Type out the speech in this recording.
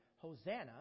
Hosanna